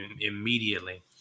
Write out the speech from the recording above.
immediately